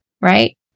right